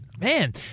man